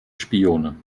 spione